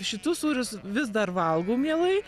šitus sūrius vis dar valgau mielai